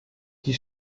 die